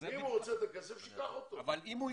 אם הוא רוצה את הכסף, שייקח אותו.